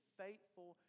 faithful